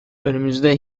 önümüzde